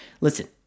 Listen